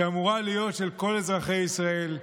שאמורה להיות של כל אזרחי ישראל,